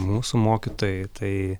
mūsų mokytojai tai